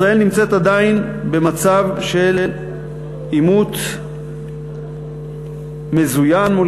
ישראל נמצאת עדיין במצב של עימות מזוין מול